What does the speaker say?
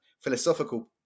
philosophical